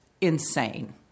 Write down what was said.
insane